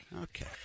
Okay